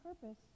purpose